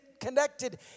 connected